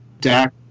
Dak